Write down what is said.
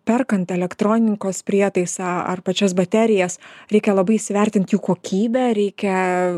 perkant elektronikos prietaisą ar pačias baterijas reikia labai įsivertint jų kokybę reikia